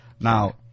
Now –